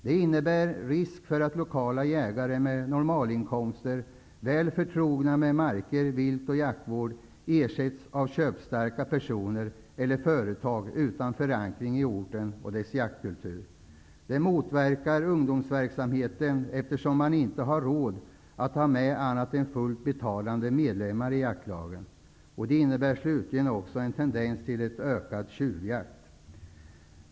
Det innebär risk för att lokala jägare med normalinkomster -- väl förtrogna med marker, vilt och jaktvård -- ersätts av köpstarka personer eller företag utan förankring i orten eller dess jaktkultur. Det motverkar ungdomsverksamheten, eftersom man inte har råd att ha med annat än fullt betalande medlemmar i jaktlagen. Det innebär slutligen en ökad tendens till tjuvjakt.